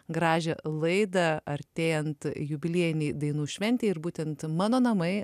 gražią laidą artėjant jubiliejinei dainų šventei ir būtent mano namai